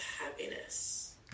happiness